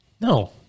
No